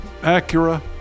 Acura